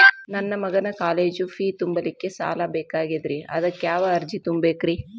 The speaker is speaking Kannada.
ನನ್ನ ಮಗನ ಕಾಲೇಜು ಫೇ ತುಂಬಲಿಕ್ಕೆ ಸಾಲ ಬೇಕಾಗೆದ್ರಿ ಅದಕ್ಯಾವ ಅರ್ಜಿ ತುಂಬೇಕ್ರಿ?